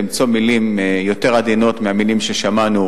למצוא מלים יותר עדינות מהמלים ששמענו,